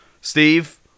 Steve